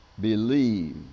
believe